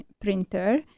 printer